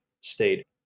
state